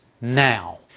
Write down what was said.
now